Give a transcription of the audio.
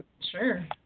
Sure